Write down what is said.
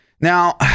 now